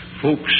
Folks